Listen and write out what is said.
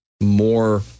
more